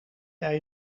jij